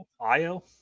io